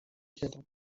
کردم